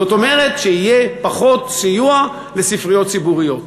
זאת אומרת שיהיה פחות סיוע לספריות הציבוריות.